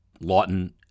Lawton